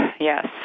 yes